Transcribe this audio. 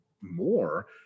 more